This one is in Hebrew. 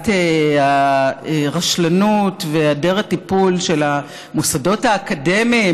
הרשלנות והיעדר הטיפול של המוסדות האקדמיים